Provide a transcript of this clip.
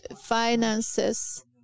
finances